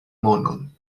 monon